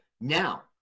now